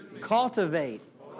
Cultivate